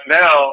now